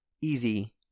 easy